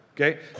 okay